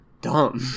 dumb